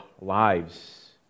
lives